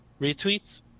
retweets